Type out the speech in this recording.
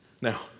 Now